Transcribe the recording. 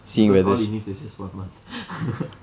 because all he needs is just one month